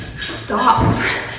stop